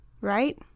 right